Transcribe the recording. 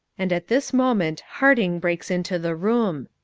and at this moment harding breaks into the room.